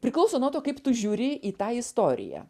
tai priklauso nuo to kaip tu žiūri į tą istoriją